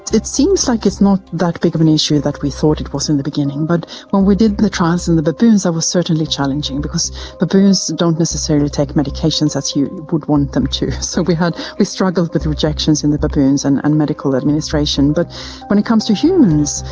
it seems like it's not that big of an issue that we thought it was in the beginning. but when we did the trials in the baboons, that was certainly challenging because baboons don't necessarily take medications as you would want them to. so we struggled with rejections in the baboons and and medical administration. but when it comes to humans,